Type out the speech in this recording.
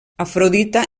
afrodita